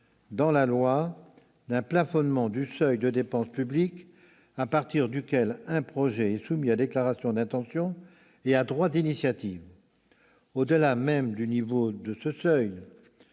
dans la loi d'un plafonnement du seuil de dépenses publiques à partir duquel un projet est soumis à déclaration d'intention et à droit d'initiative. Au-delà même du niveau de ce seuil,